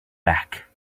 back